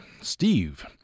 Steve